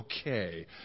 Okay